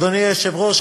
אדוני היושב-ראש,